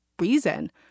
reason